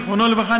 זיכרונו לברכה,